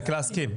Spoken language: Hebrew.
להסכים.